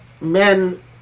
men